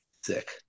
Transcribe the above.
Sick